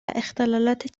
اختلالات